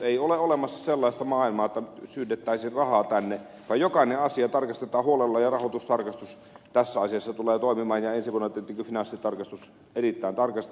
ei ole olemassa sellaista maailmaa että syydettäisiin rahaa tänne vaan jokainen asia tarkastetaan huolella ja rahoitustarkastus tässä asiassa tulee toimimaan ja ensi vuonna tietenkin finanssitarkastus erittäin tarkasti